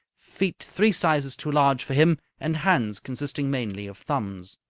feet three sizes too large for him, and hands consisting mainly of thumbs.